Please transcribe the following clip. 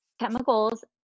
Chemicals